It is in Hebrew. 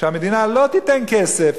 שהמדינה לא תיתן כסף,